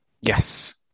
Yes